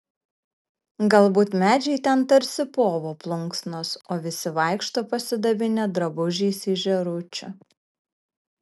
galbūt medžiai ten tarsi povo plunksnos o visi vaikšto pasidabinę drabužiais iš žėručių